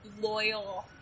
loyal